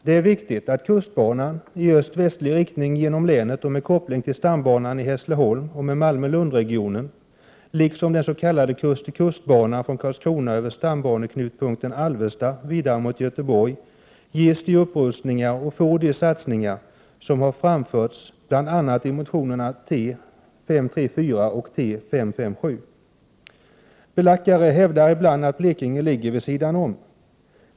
Det är viktigt att kustbanan i östlig-västlig riktning genom länet med koppling till stambanan i Hässleholm samt med Malmö-Lund-regionen liksom den s.k. kust-till-kust-banan från Karlskrona över stambaneknutpunkten Alvesta vidare mot Göteborg ges de upprustningar och får de Belackare hävdar ibland att Blekinge ligger vid sidan om.